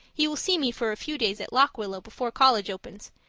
he will see me for a few days at lock willow before college opens,